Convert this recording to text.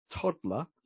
toddler